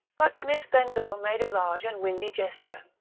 but miss bengough made a large and windy gesture,